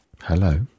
Hello